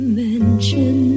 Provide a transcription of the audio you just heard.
mention